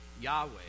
Yahweh